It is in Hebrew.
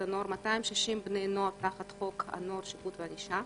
הנוער 260 בני נוער תחת חוק הנוער (שפיטה וענישה),